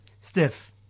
Steph